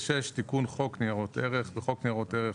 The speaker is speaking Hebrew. תיקון חוק ניירות ערך 26. בחוק ניירות ערך,